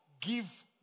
give